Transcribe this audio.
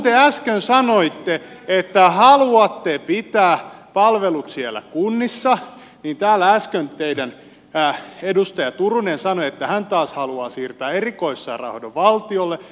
te äsken sanoitte että haluatte pitää palvelut siellä kunnissa täällä äsken teidän edustajanne turunen sanoi että hän taas haluaa siirtää erikoissairaanhoidon valtiolle